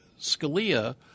Scalia